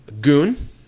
Goon